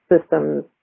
systems